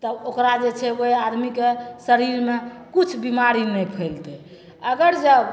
तब ओकरा जे छै ओहि आदमीके शरीरमे किछु बेमारी नहि फैलते अगर जब